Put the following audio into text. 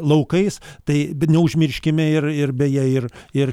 laukais tai bet neužmirškime ir ir beje ir ir